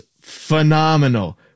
phenomenal